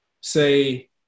say